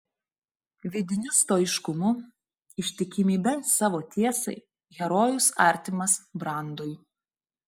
vidiniu stoiškumu ištikimybe savo tiesai herojus artimas brandui